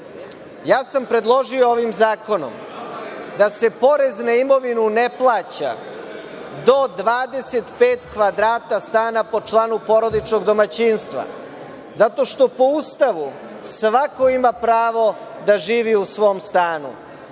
sam predložio ovim zakonom da se porez na imovinu ne plaća do 25 kvadrata stana po članu porodičnog domaćinstva, zato što po Ustavu svako ima pravo da živi u svom stanu.